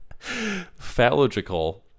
phallogical